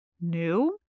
new